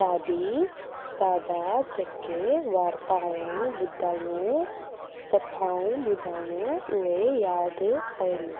दादी दादा जेके वारताऊं ॿुधायूं कथाऊं ॿुधायूं उहे यादि आहिनि